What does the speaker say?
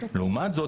לעומת זאת,